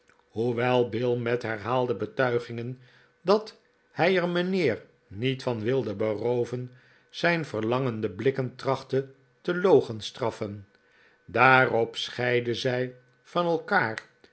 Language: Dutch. hoewel bill met herhaalde betuigingen dat hij er mijnheer niet van wilde berooven zijn verlangende blikken trachtte te logenstraffen daarop scheidden zij van elkaar